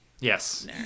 Yes